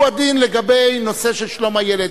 הוא הדין לגבי נושא של שלום הילד.